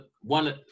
one